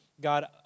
God